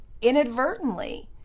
inadvertently